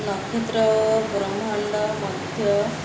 ନକ୍ଷତ୍ର ଓ ବ୍ରହ୍ମାଣ୍ଡ ମଧ୍ୟ